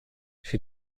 she